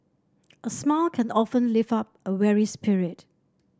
a smile can often lift up a weary spirit